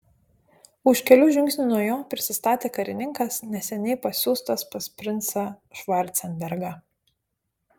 už kelių žingsnių nuo jo prisistatė karininkas neseniai pasiųstas pas princą švarcenbergą